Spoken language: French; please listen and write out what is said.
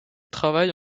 travaille